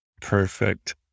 Perfect